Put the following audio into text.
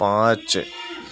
پانچ